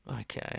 Okay